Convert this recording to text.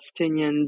Palestinians